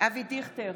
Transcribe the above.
אבי דיכטר,